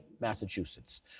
Massachusetts